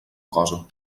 cosa